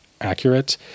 accurate